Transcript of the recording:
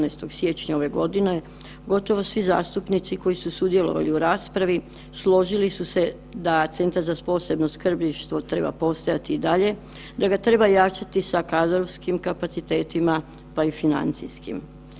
Siječnja ove godine gotovo svi zastupnici koji su sudjelovali u raspravi složili su se da Centar za posebno skrbništvo treba postojati i dalje, da ga treba jačati sa kadrovskim kapacitetima pa i financijskim.